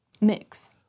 mix